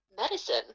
medicine